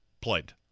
played